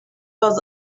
was